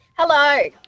Hello